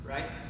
Right